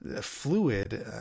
fluid